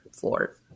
floor